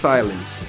Silence